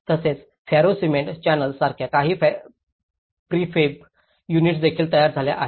तसेच ferro cement channels सारख्या काही प्रीफेब युनिट्स देखील तयार झाल्या आहेत